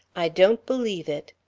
i don't believe it.